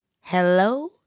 Hello